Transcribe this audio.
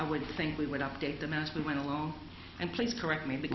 i would think we would update them as we went along and please correct m